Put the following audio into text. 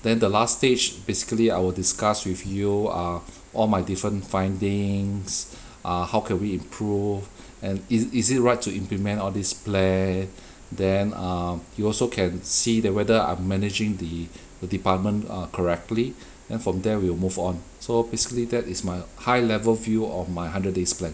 then the last stage basically I will discuss with you uh all my different findings uh how can we improve and is is it right to implement all these plan then um you also can see that whether I'm managing the the department err correctly then from there we will move on so basically that is my high level view of my hundred days plan